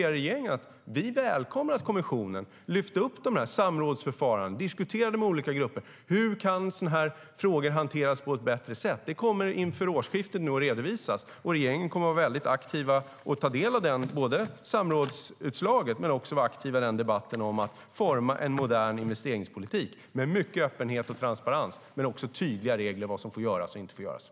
Regeringen välkomnar att kommissionen lyfter upp samrådsförfarandet och diskuterar i olika grupper hur sådana här frågor kan hanteras på ett bättre sätt. Det kommer att redovisas inför årsskiftet. Regeringen kommer att aktivt ta del av samrådsutslaget och vara aktiv i debatten om att forma en modern investeringspolitik med mycket öppenhet och transparens men också tydliga regler för vad som får göras och inte göras.